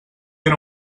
era